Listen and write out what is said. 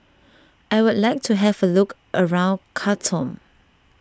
I would like to have a look around Khartoum